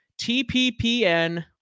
TPPN